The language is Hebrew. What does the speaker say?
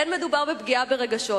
אין מדובר בפגיעה ברגשות.